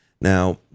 now